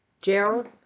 Gerald